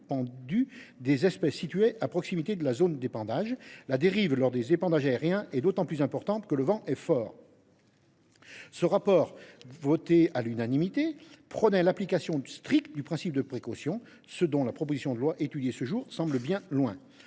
épandus des espaces situés à proximité de la zone d’épandage. La dérive lors des épandages aériens est d’autant plus importante que le vent est fort. » Ce rapport, qui fut adopté à l’unanimité, prônait l’application stricte du principe de précaution, ce dont la proposition de loi que nous examinons